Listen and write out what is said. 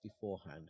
beforehand